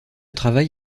travail